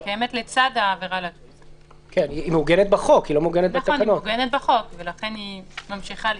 היא מוגנת בחוק ולכן ממשיכה להתקיים.